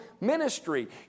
ministry